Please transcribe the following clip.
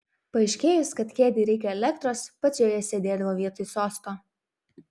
paaiškėjus kad kėdei reikia elektros pats joje sėdėdavo vietoj sosto